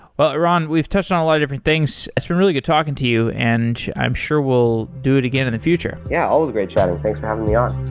but aran, we've touched on a lot of different things. it's been really good talking to you. and i'm sure will do it again in the future. yeah. always great chatting. thanks for having me on.